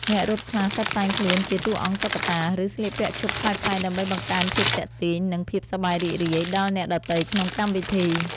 អ្នករត់ខ្លះតុបតែងខ្លួនជាតួអង្គតុក្កតា ឬស្លៀកពាក់ឈុតប្លែកៗ ដើម្បីបង្កើនភាពទាក់ទាញ និងភាពសប្បាយរីករាយដល់អ្នកដទៃក្នុងកម្មវិធី។